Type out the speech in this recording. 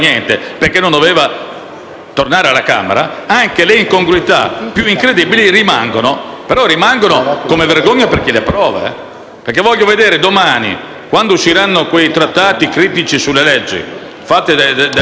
infatti vedere domani, quando usciranno quei trattati critici sulla legge fatte dai vari istituti giuridici che andranno ad approfondire questi punti, cosa scriveranno di norme di questo tipo: a quale tipo di codice civile,